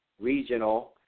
Regional